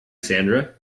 sandra